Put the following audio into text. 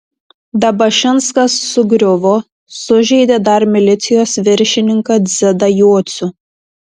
dabašinskas sugriuvo sužeidė dar milicijos viršininką dzidą jocių